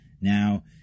Now